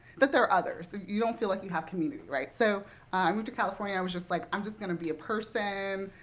that there are others. you don't feel like you have community, right. so i moved to california. i was just like i'm just going to be a person.